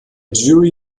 jury